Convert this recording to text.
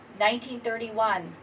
1931